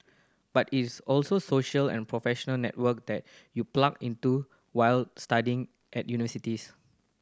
but it is also social and professional network that you plug into while studying at universities